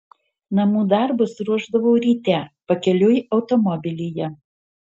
namų darbus ruošdavau ryte pakeliui automobilyje